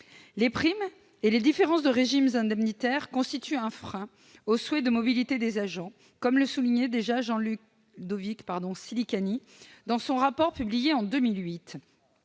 Les primes et les différences de régimes indemnitaires constituent un frein aux souhaits de mobilité des agents, comme le soulignait déjà Jean-Ludovic Silicani dans son rapport publié en 2008